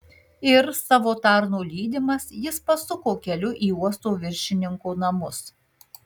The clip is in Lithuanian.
ir savo tarno lydimas jis pasuko keliu į uosto viršininko namus